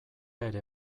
ere